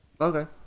okay